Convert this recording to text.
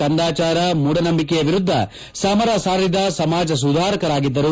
ಕಂದಾಚಾರ ಮೂಢನಂಬಿಕೆ ವಿರುದ್ದ ಸಮರ ಸಾರಿದ ಸಮಾಜ ಸುಧಾರಕರಾಗಿದ್ದರು